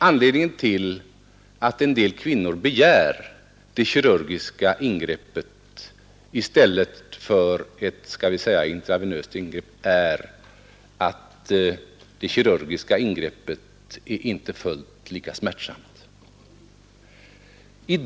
Anledningen till att en del kvinnor begär det kirurgiska ingreppet i stället för intravenös behandling är att det kirurgiska ingreppet är inte fullt lika smärtsamt.